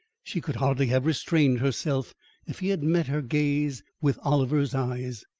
she could hardly have restrained herself if he had met her gaze with oliver's eyes.